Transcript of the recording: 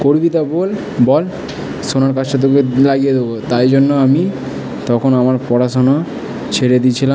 করবি তো বোল বল সোনার কাজটা তোকে লাগিয়ে দেবো তাই জন্য আমি তখন আমার পড়াশোনা ছেড়ে দিয়েছিলাম